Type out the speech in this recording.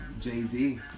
Jay-Z